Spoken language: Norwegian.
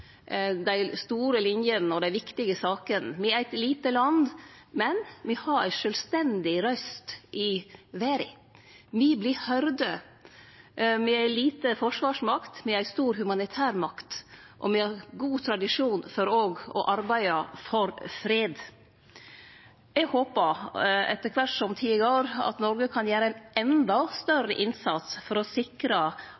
dei store linjene og dei viktige sakene. Me er eit lite land, men me har ei sjølvstendig røyst i verda. Me vert høyrde. Me er ei lita forsvarsmakt, me er ei stor humanitærmakt, og me har god tradisjon for òg å arbeide for fred. Eg håpar etter kvart som tida går, at Noreg kan gjere ein